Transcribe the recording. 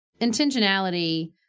intentionality